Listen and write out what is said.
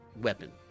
weapon